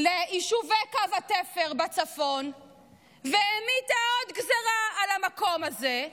יישובי קו התפר בצפון והמיטה עוד גזרה על המקום הזה.